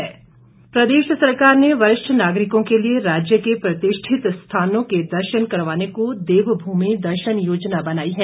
देवभूमि दर्शन प्रदेश सरकार ने वरिष्ठ नागरिकों के लिए राज्य के प्रतिष्ठित स्थानों के दर्शन करवाने को देवभूमि दर्शन योजना बनाई है